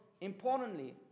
importantly